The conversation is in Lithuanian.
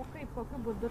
o kaip kokiu būdu